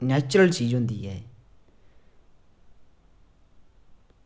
natural चीज़ होंदी ऐ एह्